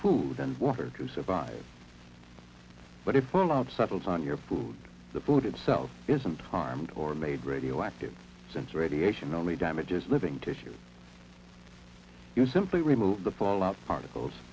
food and water to survive but if suttles on your food the food itself isn't harmed or made radioactive since radiation only damages living tissue you simply remove the fallout particles